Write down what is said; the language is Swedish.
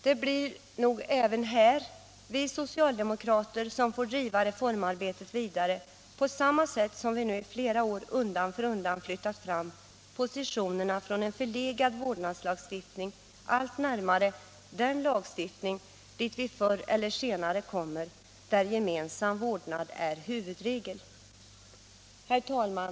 Det blir nog även här vi socialdemokrater som får driva reformarbetet vidare, på samma sätt som vi nu i flera år undan för undan flyttat fram positionerna från en förlegad vårdnadslagstiftning allt närmare den lagstiftning dit vi förr eller senare kommer och där gemensam vårdnad är huvudregel. Herr talman!